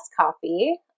coffee